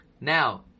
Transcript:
Now